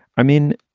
i mean,